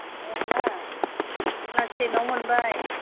अ जोंना क्लास टेनाव मोनबाय